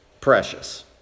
precious